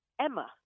Emma